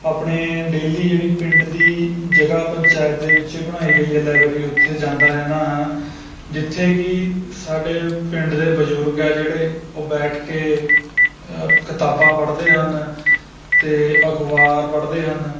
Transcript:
ਆਪਣੇ ਡੇਲੀ ਜਿਹੜੀ ਪਿੰਡ ਦੀ ਜਗ੍ਹਾ ਪੰਚਾਇਤ ਦੇ ਵਿੱਚ ਬਣਾਈ ਗਈ ਹੈ ਲਾਇਬ੍ਰੇਰੀ ਉੱਥੇ ਜਾਂਦਾ ਰਹਿੰਦਾ ਹਾਂ ਜਿੱਥੇ ਕਿ ਸਾਡੇ ਪਿੰਡ ਦੇ ਬਜ਼ੁਰਗ ਆ ਜਿਹੜੇ ਉਹ ਬੈਠ ਕੇ ਕਿਤਾਬਾਂ ਪੜ੍ਹਦੇ ਹਨ ਅਤੇ ਅਖ਼ਬਾਰ ਪੜ੍ਹਦੇ ਹਨ